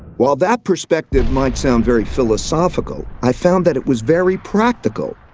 while that perspective might sound very philosophical, i found that it was very practical,